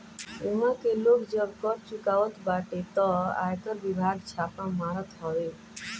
इहवा के लोग जब कर चुरावत बाटे तअ आयकर विभाग छापा मारत हवे